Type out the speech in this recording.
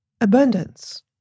Abundance